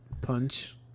Punch